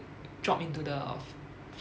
drop into the